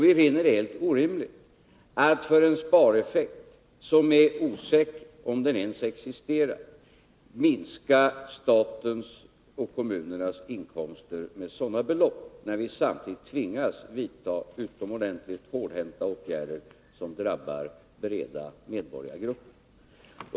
Vi finner det helt orimligt att för en spareffekt som är osäker — om den ens existerar — minska statens och kommunernas inkomster med sådana belopp, när vi samtidigt tvingas vidta utomordentligt hårdhänta åtgärder, som drabbar breda medborgargrupper.